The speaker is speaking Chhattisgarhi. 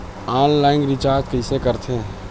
ऑनलाइन रिचार्ज कइसे करथे?